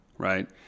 Right